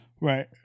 Right